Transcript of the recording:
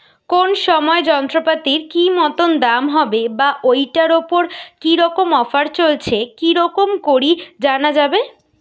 কোন সময় যন্ত্রপাতির কি মতন দাম হবে বা ঐটার উপর কি রকম অফার চলছে কি রকম করি জানা যাবে?